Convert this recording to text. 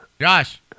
Josh